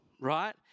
right